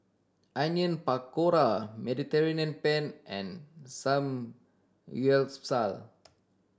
Onion Pakora Mediterranean Penne and Samgyeopsal